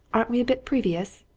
aren't we a bit previous?